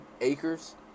acres